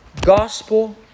gospel